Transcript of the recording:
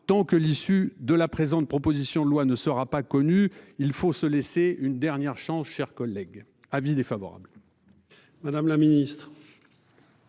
tant que l'issue de la présente, proposition de loi ne sera pas connu. Il faut se laisser une dernière chance. Cher collègue, avis défavorable.